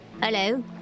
hello